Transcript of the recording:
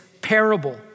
parable